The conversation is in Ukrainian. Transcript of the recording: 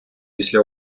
після